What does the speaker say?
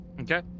Okay